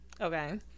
Okay